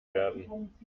werden